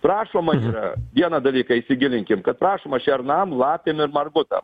prašoma yra vieną dalyką įsigilinkim kad prašoma šernam lapėm ir mangutam